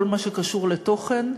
כל מה שקשור לתוכן,